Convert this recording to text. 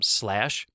slash